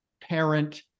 parent